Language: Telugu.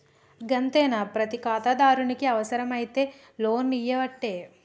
గంతేనా, ప్రతి ఖాతాదారునికి అవుసరమైతే లోన్లియ్యవట్టే